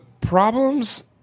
problems